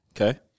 Okay